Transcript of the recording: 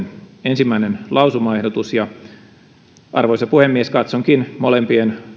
ensimmäinen lausumaehdotus arvoisa puhemies katsonkin molempien